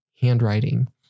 handwriting